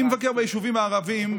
אני מבקר ביישובים הערביים.